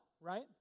right